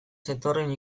zetorren